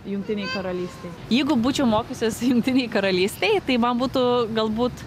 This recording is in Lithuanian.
jungtinėj karalystėj jeigu būčiau mokiusis jungtinėj karalystėj tai man būtų galbūt